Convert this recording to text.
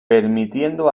permitiendo